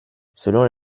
selon